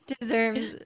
deserves